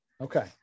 Okay